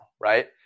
right